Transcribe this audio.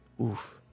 oof